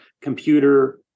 computer